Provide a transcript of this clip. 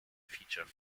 feature